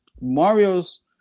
Mario's